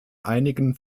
einigen